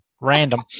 Random